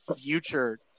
future